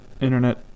internet